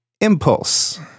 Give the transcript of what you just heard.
Impulse